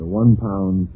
one-pound